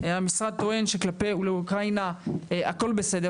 המשרד טוען שכלפי עולי אוקראינה הכול בסדר.